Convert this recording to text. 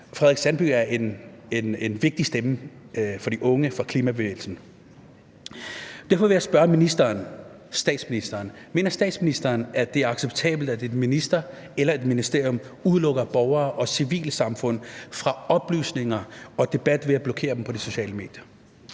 Frederik Sandby er en vigtig stemme for de unge, for klimabevægelsen. Derfor vil jeg spørge statsministeren: Mener statsministeren, det er acceptabelt, at en minister eller et ministerium udelukker borgere og civilsamfund fra oplysninger og debat ved at blokere dem på de sociale medier?